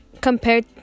compared